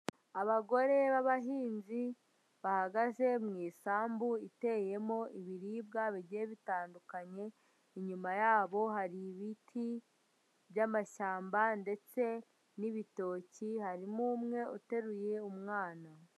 Abagore b'abahinzi bahagaze mu isambu iteyemo ibiribwa bigiye bitandukanye, inyuma yabo hari ibiti by'amashyamba ndetse n'ibitoki, harimo umwe uteruye umwana.